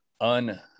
un